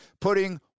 putting